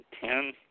ten